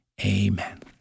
Amen